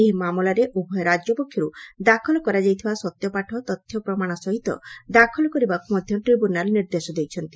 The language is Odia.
ଏହି ମାମଲାରେ ଉଭୟ ରାକ୍ୟ ପକ୍ଷରୁ ଦାଖଲ କରାଯାଇଥିବା ସତ୍ୟପାଠ ତଥ୍ୟ ପ୍ରମାଣ ସହିତ ଦାଖଲ କରିବାକୁ ମଧ୍ଧ ଟ୍ରିବ୍ୟନାଲ୍ ନିର୍ଦ୍ଦେଶ ଦେଇଛନ୍ତି